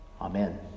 Amen